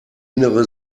innere